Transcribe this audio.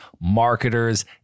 marketers